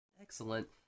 Excellent